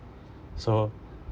so